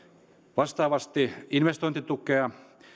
vastaavasti investointitukea